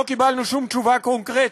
לא קיבלנו שום תשובה קונקרטית.